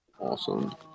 Awesome